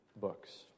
books